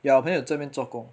ya 我朋友在那边做工